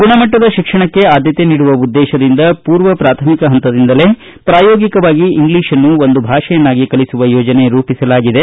ಗುಣಮಟ್ಟದ ಶಿಕ್ಷಣಕ್ಕೆ ಆದ್ಯತೆ ನೀಡುವ ಉದ್ದೇಶದಿಂದ ಪೂರ್ವ ಪ್ರಾಥಮಿಕ ಪಂತದಿಂದಲೇ ಪ್ರಾಯೋಗಿಕವಾಗಿ ಇಂಗ್ಲೀಷನ್ನು ಒಂದು ಭಾಷೆಯನ್ನಾಗಿ ಕಲಿಸುವ ಯೋಜನೆ ರೂಪಿಸಲಾಗಿದೆ